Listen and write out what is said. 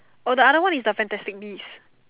oh the other one is the fantastic beasts